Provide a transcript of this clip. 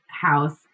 house